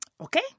Okay